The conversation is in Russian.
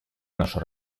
наша